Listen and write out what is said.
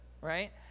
right